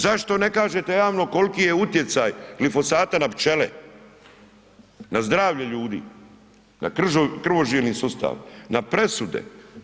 Zašto ne kažete javno kol'ki je utjecaj glifosata na pčele, na zdravlje ljudi, na krvožilni sustav, na presude?